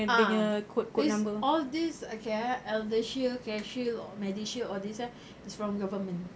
ah these all these okay eh eldershield careshield or medishield all these eh is from government